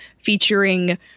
featuring